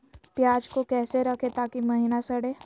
प्याज को कैसे रखे ताकि महिना सड़े?